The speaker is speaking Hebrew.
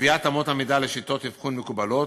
קביעת אמות המידה לשיטות אבחון מקובלות,